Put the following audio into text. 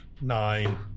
Nine